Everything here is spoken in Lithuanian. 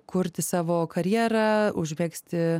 kurti savo karjerą užmegzti